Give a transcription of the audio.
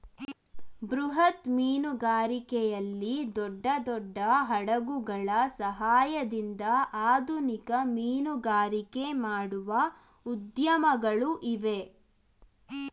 ಬೃಹತ್ ಮೀನುಗಾರಿಕೆಯಲ್ಲಿ ದೊಡ್ಡ ದೊಡ್ಡ ಹಡಗುಗಳ ಸಹಾಯದಿಂದ ಆಧುನಿಕ ಮೀನುಗಾರಿಕೆ ಮಾಡುವ ಉದ್ಯಮಗಳು ಇವೆ